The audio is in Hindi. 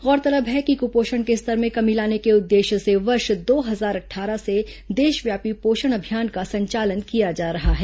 गौरतलब है कि कुपोषण के स्तर में कमी लाने के उद्देश्य से वर्ष दो हजार अट्ठारह से देशव्यापी पोषण अभियान का संचालन किया जा रहा है